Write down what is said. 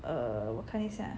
err 我看一下啊